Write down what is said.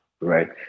right